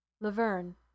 Laverne